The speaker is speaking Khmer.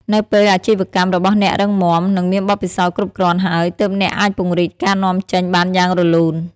នៅពេលអាជីវកម្មរបស់អ្នករឹងមាំ និងមានបទពិសោធន៍គ្រប់គ្រាន់ហើយ ទើបអ្នកអាចពង្រីកការនាំចេញបានយ៉ាងរលូន។